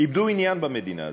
איבדו עניין במדינה הזאת.